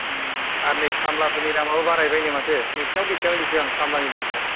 आरो नै खामलाफोरनि दामाबो बारायबायनो माथो नोंसोरनाव बेसेबां बेसेबां खामलानि दामफ्रा